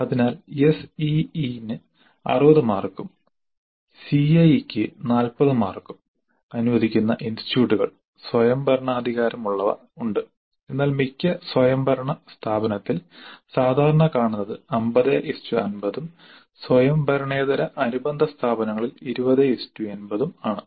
അതിനാൽ SEE ന് 60 മാർക്കും CIE ന് 40 മാർക്കും അനുവദിക്കുന്ന ഇൻസ്റ്റിറ്റ്യൂട്ടുകൾ സ്വയംഭരണാധികാരമുള്ളവ ഉണ്ട് എന്നാൽ മിക്ക സ്വയംഭരണ സ്ഥാപനത്തിൽ സാധാരണ കാണുന്നത് 5050 ഉം സ്വയംഭരണേതര അനുബന്ധ സ്ഥാപനങ്ങളിൽ 2080 ഉം ആണ്